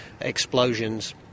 explosions